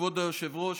כבוד היושב-ראש,